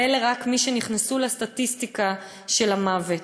ואלה רק מי שנכנסו לסטטיסטיקה של המוות.